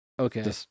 Okay